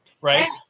right